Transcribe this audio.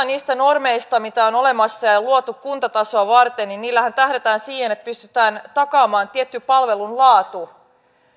niistä normeista mitä on olemassa ja ja luotu kuntatasoa varten tähdätään siihen että pystytään takaamaan tietty palvelun laatu